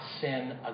sin